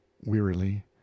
Wearily